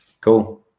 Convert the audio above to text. cool